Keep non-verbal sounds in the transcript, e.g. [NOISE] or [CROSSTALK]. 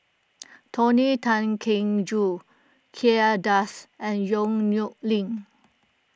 [NOISE] Tony Tan Keng Joo Kay Das and Yong Nyuk Lin